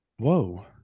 Whoa